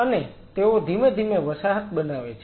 અને તેઓ ધીમે ધીમે વસાહત બનાવે છે